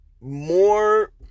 more